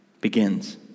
begins